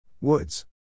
Woods